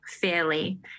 fairly